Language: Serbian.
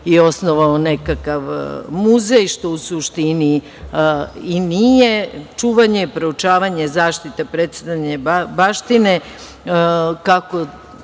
i osnovao nekakav muzej, što u suštini i nije. Čuvanje, proučavanje, zaštita, predstavljanje baštine, kako